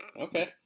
Okay